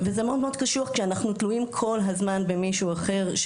וזה מאוד מאוד קשוח שאנחנו תלויים כל הזמן במישהו אחר.